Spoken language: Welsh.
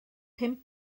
pum